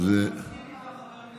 אני מסכים איתך, חבר הכנסת אשר,